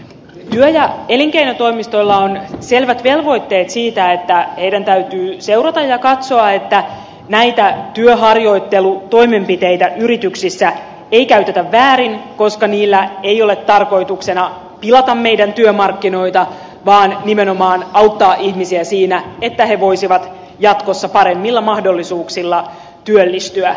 työ ja elinkeinotoimistoilla on selvät velvoitteet siitä että heidän täytyy seurata ja katsoa että näitä työharjoittelutoimenpiteitä yrityksissä ei käytetä väärin koska niillä ei ole tarkoituksena pilata meidän työmarkkinoita vaan nimenomaan auttaa ihmisiä siinä että he voisivat jatkossa paremmilla mahdollisuuksilla työllistyä